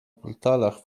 portalach